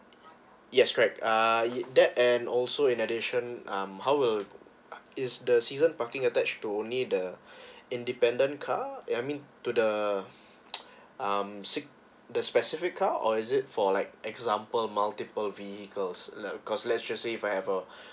yes correct uh that and also in addition um how will is the season parking attached to only the independent car I mean to the um seek the specific car or is it for like example multiple vehicles err cause let's just say if I have a